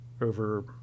over